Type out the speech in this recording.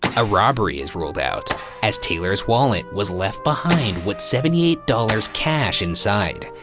a robbery is ruled out as taylor's wallet was left behind with seventy eight dollars cash inside,